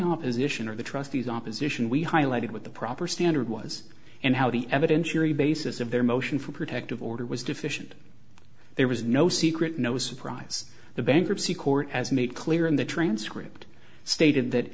opposition or the trustees opposition we highlighted with the proper standard was and how the evidentiary basis of their motion for protective order was deficient there was no secret no surprise the bankruptcy court has made clear in the transcript stated that